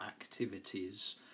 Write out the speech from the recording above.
activities